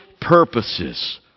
purposes